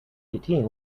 eighteen